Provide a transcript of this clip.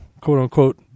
quote-unquote